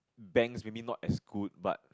banks maybe not exclude but